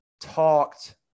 talked